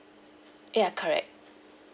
ya correct